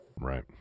Right